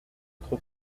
être